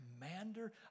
commander